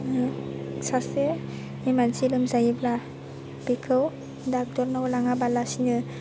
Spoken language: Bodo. जोङो सासे मानसि लोमजायोब्ला बेखौ डाक्टरनाव लाङाबालासिनो